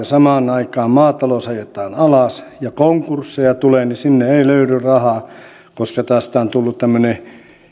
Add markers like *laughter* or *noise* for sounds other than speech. *unintelligible* samaan aikaan maatalous ajetaan alas ja konkursseja tulee niin sinne ei löydy rahaa koska tästä on tullut tämmöistä